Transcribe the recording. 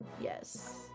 Yes